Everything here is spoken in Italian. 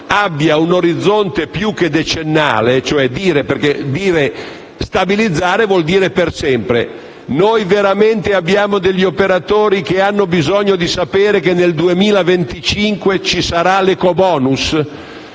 abbia un orizzonte più che decennale? Dire stabilizzare vuol dire per sempre, ma noi abbiamo degli operatori che hanno bisogno di sapere che nel 2025 ci sarà l'ecobonus?